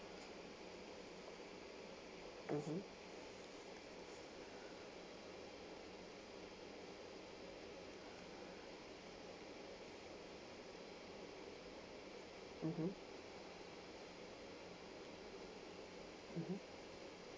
mmhmm mmhmm mmhmm